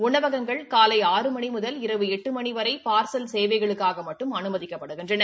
உணவசகங்கள் காலை ஆறு மணி முதல் இரவு எட்டு மணி வரை பார்சல் சேவைகளுக்காக மட்டும் அமைதிக்கப்படுகிறது